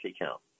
account